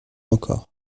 encore